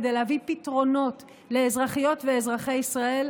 כדי להביא פתרונות לאזרחיות ולאזרחי ישראל,